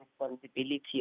responsibility